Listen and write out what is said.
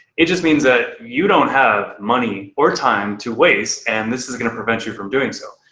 it just means that you don't have money or time to waste, and this is gonna prevent you from doing so.